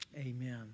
Amen